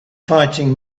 fighting